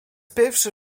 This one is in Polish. pierwszy